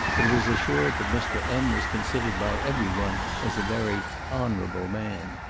but was assured that mr. m. was considered by every one as a very honourable man.